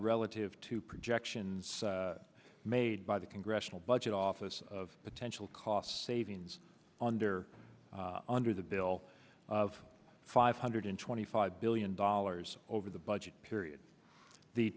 relative to projections made by the congressional budget office of potential cost savings on her under the bill of five hundred twenty five billion dollars over the budget period the